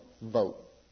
vote